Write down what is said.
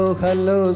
hello